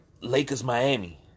Lakers-Miami